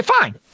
fine